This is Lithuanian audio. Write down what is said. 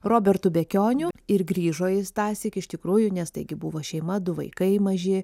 robertu bekioniu ir grįžo jis tąsyk iš tikrųjų nes taigi buvo šeima du vaikai maži